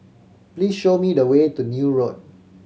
please show me the way to Neil Road